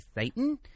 Satan